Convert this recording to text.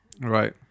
Right